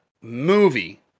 movie